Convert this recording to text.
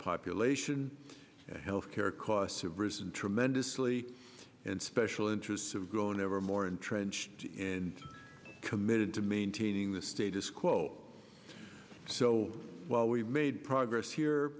population health care costs have risen tremendously and special interests of growing ever more entrenched and committed to maintaining the status quo so while we made progress here